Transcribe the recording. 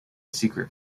secret